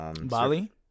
Bali